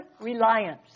reliance